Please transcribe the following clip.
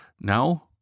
Now